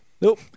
Nope